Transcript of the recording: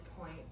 point